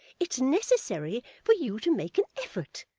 it's necessary for you to make an effort,